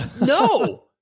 no